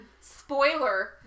Spoiler